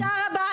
תודה רבה.